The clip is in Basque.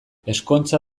ezkontza